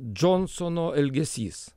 džonsono elgesys